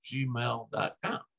gmail.com